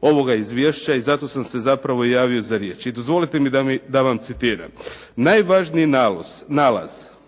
ovoga izvješća i zato sam se zapravo javio za riječ. I dozvolite mi da vam citiram: "Najvažniji nalazi